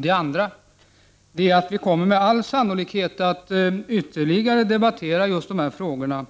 Dessutom kommer vi med all sannolikhet att ytterligare debattera just dessa frågor